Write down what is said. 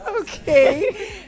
okay